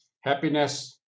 happiness